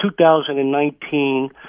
2019